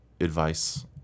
advice